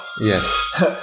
yes